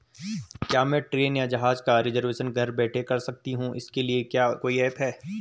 क्या मैं ट्रेन या जहाज़ का रिजर्वेशन घर बैठे कर सकती हूँ इसके लिए कोई ऐप है?